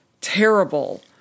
terrible